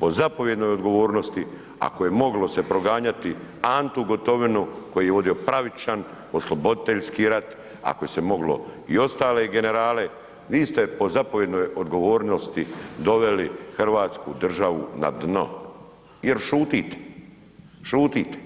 po zapovjednoj odgovornosti, ako je moglo se proganjati Antu Gotovinu koji je vodio pravičan osloboditeljski rat, ako se moglo i ostale generale, vi ste po zapovjednoj odgovornosti doveli Hrvatsku državu na dno jer šutite, šutite.